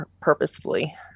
purposefully